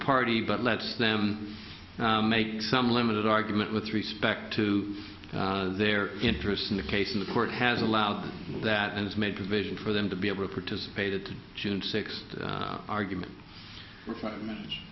party but lets them make some limited argument with respect to their interest in the case in the court has allowed that and has made provision for them to be able to participate it june sixth argument yes for five minutes